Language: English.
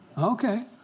Okay